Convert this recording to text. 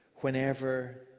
whenever